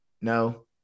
no